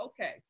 Okay